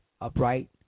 upright